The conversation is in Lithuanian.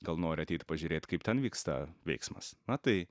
gal nori ateit pažiūrėt kaip ten vyksta veiksmasna tai